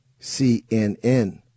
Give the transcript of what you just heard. CNN